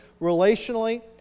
relationally